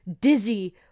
dizzy